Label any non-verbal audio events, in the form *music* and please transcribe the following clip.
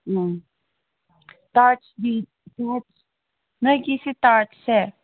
ꯎꯝ *unintelligible* ꯅꯣꯏꯒꯤ ꯁꯤ ꯇꯥꯔ꯭ꯗꯁꯦ